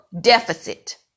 deficit